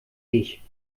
dich